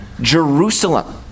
Jerusalem